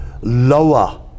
lower